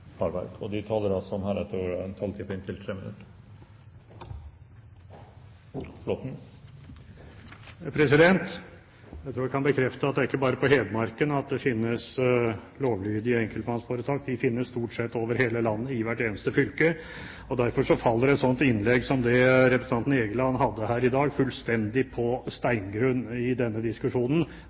på Hedmarken det finnes lovlydige enkeltmannsforetak. De finnes stort sett over hele landet, i hvert eneste fylke. Derfor faller et slikt innlegg som det representanten Egeland hadde her i dag, fullstendig på steingrunn i denne diskusjonen.